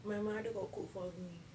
my mother got cook for me